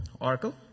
Oracle